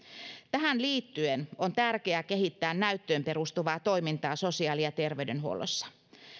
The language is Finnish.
tähän liittyen on tärkeää kehittää näyttöön perustuvaa toimintaa sosiaali ja terveydenhuollossa